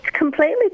completely